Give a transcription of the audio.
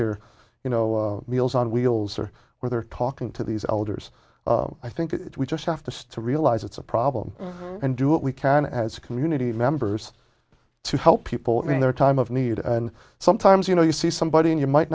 there you know meals on wheels or where they're talking to these elders i think we just have to still realize it's a problem and do what we can as community members to help people in their time of need and sometimes you know you see somebody and you might